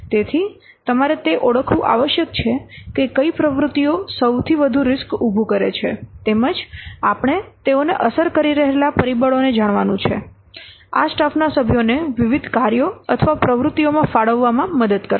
તેથી તમારે તે ઓળખવું આવશ્યક છે કે કઈ પ્રવૃત્તિઓ સૌથી વધુ રીસ્ક ઉભું કરે છે તેમજ આપણે તેઓને અસર કરી રહેલા પરિબળોને જાણવાનું છે આ સ્ટાફના સભ્યોને વિવિધ કાર્યોઅથવા પ્રવૃત્તિઓમાં ફાળવવામાં મદદ કરશે